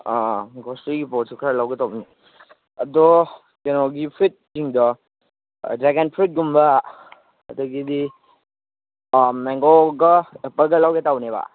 ꯑꯥ grocery ꯄꯣꯠꯁꯨ ꯈꯔ ꯂꯧꯒꯦ ꯇꯧꯕꯅꯤ ꯑꯗꯣ ꯀꯩꯅꯣꯒꯤ ꯐ꯭ꯔꯨꯏꯠꯁꯤꯡꯗ ꯗ꯭ꯔꯒꯟ ꯐ꯭ꯔꯨꯏꯠꯀꯨꯝꯕ ꯑꯗꯒꯤꯗꯤ ꯃꯦꯡꯒꯣꯒ ꯑꯦꯄꯜꯒ ꯂꯧꯒꯦ ꯇꯧꯕꯅꯦꯕ